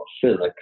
physics